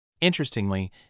Interestingly